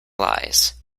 lies